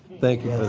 thank you,